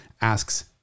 asks